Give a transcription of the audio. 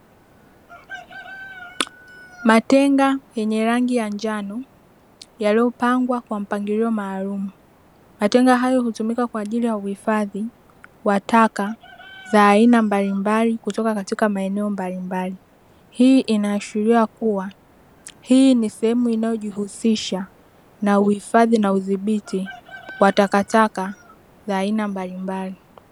Matenga yenye rangi ya njano yaliyopangwa kwa mpangilio maalumu, matenga hayo hutumika kwa ajili ya uhifadhi wa taka za aina mbalimbali kutoka katika maeneo mbalimbali. Hii inaashiria kuwa hii ni sehemu inayojihusisha na uhafadhi na udhibiti wa takataka za aina mbalimbali.